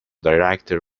director